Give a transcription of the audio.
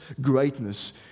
greatness